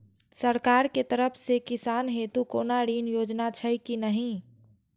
सरकार के तरफ से किसान हेतू कोना ऋण योजना छै कि नहिं?